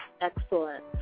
Excellent